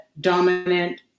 dominant